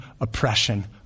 oppression